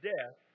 Death